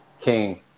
King